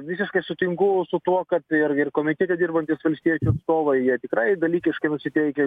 visiškai sutinku su tuo kad ir ir komitete dirbantys valstiečių atstovai jie tikrai dalykiškai nusiteikę